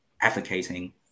advocating